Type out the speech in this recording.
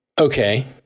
Okay